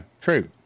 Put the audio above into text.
True